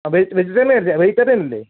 അപ്പോൾ veg vegetarian അല്ലേ vegetarian അല്ലേ